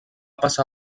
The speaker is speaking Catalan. passar